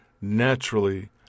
naturally